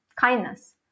kindness